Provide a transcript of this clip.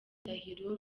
ndahiro